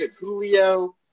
Julio